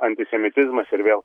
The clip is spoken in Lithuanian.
antisemitizmas ir vėl